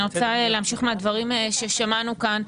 אני רוצה להמשיך מהדברים ששמענו כאן.